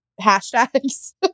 hashtags